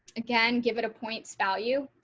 again, give it a points value.